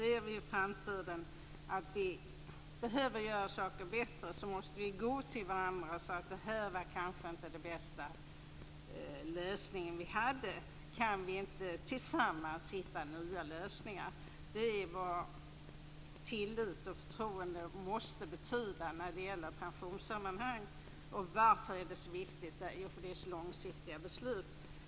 Om vi i framtiden ser att vi behöver göra saker bättre måste vi gå till varandra och säga att det kanske inte var den bästa lösningen och fråga om vi inte tillsammans kan hitta nya lösningar. Det är vad tillit och förtroende måste betyda i pensionssammanhang. Varför är detta så viktigt? Jo, det är så långsiktiga beslut.